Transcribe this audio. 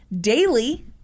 Daily